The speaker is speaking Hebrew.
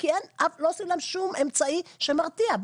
כי לא עושים שום אמצעי שמרתיע.